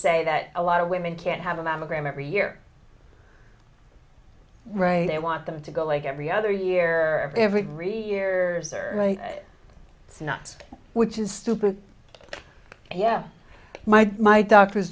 say that a lot of women can't have a mammogram every year right they want them to go like every other year or every three years or not which is stupid yes my my doctors